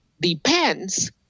depends